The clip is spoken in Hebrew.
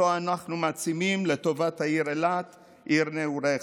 שאותו אנחנו מעצימים לטובת העיר אילת, עיר נעוריך.